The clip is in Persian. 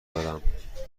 دارم